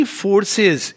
forces